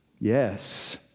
yes